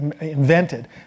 invented